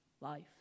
life